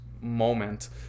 moment